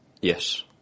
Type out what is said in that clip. Yes